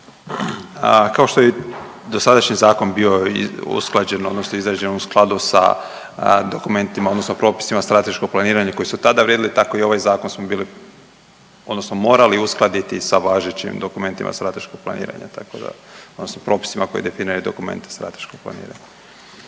Kao što je i dosadašnji zakon bio usklađen odnosno izrađen u skladu sa dokumentima odnosno propisima strateškog planiranja koji su tada vrijedili, tako i ovaj zakon smo bili odnosno morali uskladiti sa važećim dokumentima strateškog planiranja tako da odnosno propisima koji definiraju dokumente strateškog planiranja.